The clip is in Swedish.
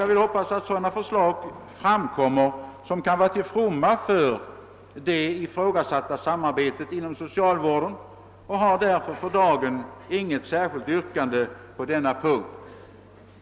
Jag vill hoppas att sådana förslag framkommer som kan vara till fromma för det ifrågasatta samarbetet inom socialvården och har därför för dagen inget särskilt yrkande på denna punkt.